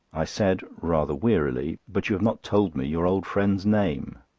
i said rather wearily but you have not told me your old friend's name?